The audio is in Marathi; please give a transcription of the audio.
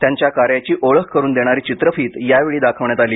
त्यांच्या कार्याची ओळख करून देणारी चित्रफीत यावेळी दाखवण्यात आली